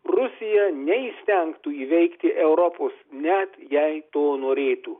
rusija neįstengtų įveikti europos net jei to norėtų